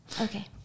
Okay